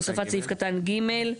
הוספת סעיף קטן (ג).